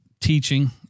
teaching